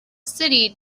city